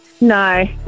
No